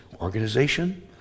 organization